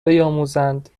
بیاموزند